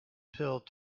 pill